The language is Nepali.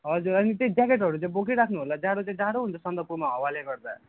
हजुर अनि त्यही ज्याकेटहरू चाहिँ बोकिराख्नु होला जाडो चाहिँ जाडो हुन्छ सन्दकफूमा हावाले गर्दा